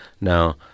Now